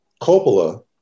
Coppola